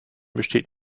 besteht